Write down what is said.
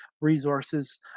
Resources